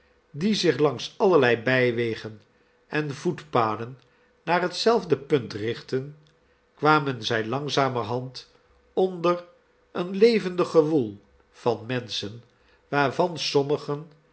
die zich langs allerlei bij wegen en voetpaden naar hetzelfde punt richtten kwamen zij langzamerhand onder een levendig gewoel van menschen waarvan sommigen